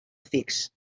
fix